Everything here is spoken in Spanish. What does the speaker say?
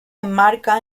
enmarca